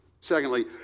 Secondly